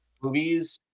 movies